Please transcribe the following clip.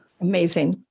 Amazing